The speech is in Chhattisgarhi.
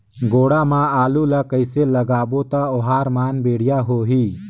गोडा मा आलू ला कइसे लगाबो ता ओहार मान बेडिया होही?